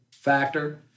factor